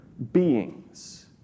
beings